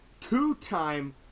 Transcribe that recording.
two-time